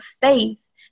faith